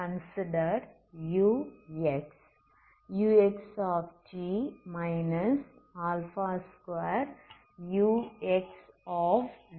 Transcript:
consider ux t 2xx0 ஆகவே ux satisfy ஆகிறது